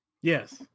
Yes